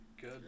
Good